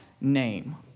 name